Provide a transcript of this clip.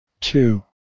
two